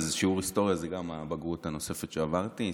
שיעור היסטוריה זאת גם הבגרות הנוספת שעברתי.